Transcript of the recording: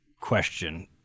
question